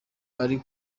ari